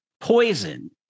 poison